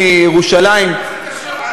יושב-ראש הכנסת,